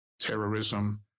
terrorism